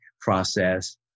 process